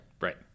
Right